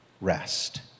rest